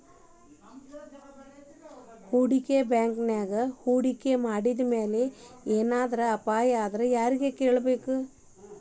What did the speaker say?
ಹೂಡ್ಕಿ ಬ್ಯಾಂಕಿನ್ಯಾಗ್ ಹೂಡ್ಕಿ ಮಾಡಿದ್ಮ್ಯಾಲೆ ಏನರ ಅಪಾಯಾತಂದ್ರ ಯಾರಿಗ್ ಹೇಳ್ಬೇಕ್?